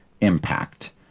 impact